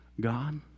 God